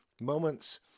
moments